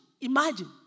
Imagine